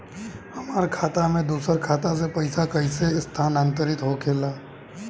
हमार खाता में दूसर खाता से पइसा कइसे स्थानांतरित होखे ला?